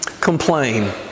complain